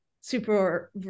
super